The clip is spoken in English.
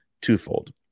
twofold